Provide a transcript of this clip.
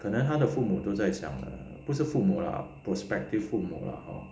可能他的父母都在想不是父母啦 prospective 父母啦 hor